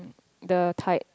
the tide